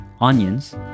onions